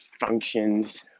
functions